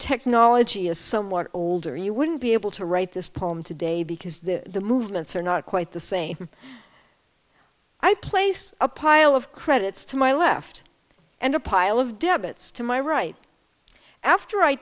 technology is somewhat older you wouldn't be able to write this poem today because the movements are not quite the same i place a pile of credits to my left and a pile of debits to my right after i